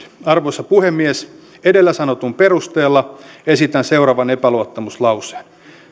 arvoisa puhemies edellä sanotun perusteella esitän seuraavan epäluottamuslauseen